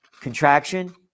contraction